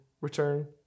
return